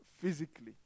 physically